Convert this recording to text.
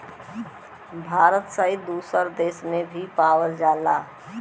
भारत सहित दुसर देस में भी पावल जाला